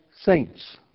saints